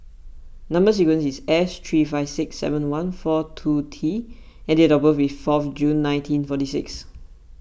Number Sequence is S three five six seven one four two T and date of birth is fourth June nineteen forty six